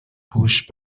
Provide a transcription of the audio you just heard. پوش